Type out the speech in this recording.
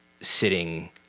sitting